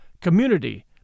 Community